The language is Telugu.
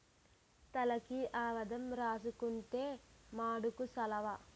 తలకి ఆవదం రాసుకుంతే మాడుకు సలవ